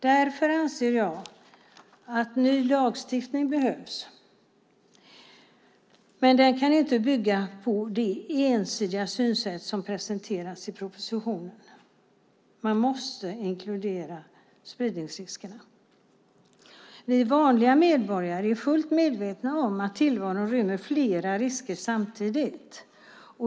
Därför anser jag att en ny lagstiftning behövs, men den kan inte bygga på det ensidiga synsätt som presenteras i propositionen. Man måste inkludera spridningsriskerna. Vi vanliga medborgare är fullt medvetna om att tillvaron rymmer flera risker samtidigt.